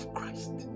Christ